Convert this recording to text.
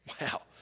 Wow